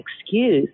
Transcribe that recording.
excuse